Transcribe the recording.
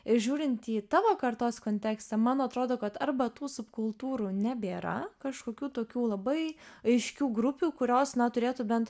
ir žiūrintį į tavo kartos kontekstą man atrodo kad arba tų subkultūrų nebėra kažkokių tokių labai aiškių grupių kurios na turėtų bent